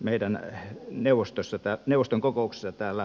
meidän neuvoston kokouksessa täällä helsingissä